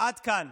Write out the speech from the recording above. עד כאן,